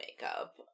makeup